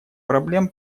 проблем